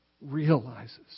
realizes